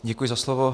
Děkuji za slovo.